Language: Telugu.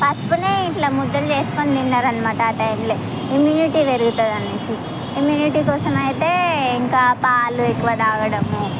పసుపునే ఇట్లా ముద్దలు చేసుకుని తిన్నారన్నమాట ఆ టైంలో ఇమ్యూనిటీ పెరుగుతదనేసి ఇమ్యూనిటీ కోసం అయితే ఇంకా పాలు ఎక్కువ తాగడము